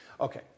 Okay